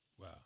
Wow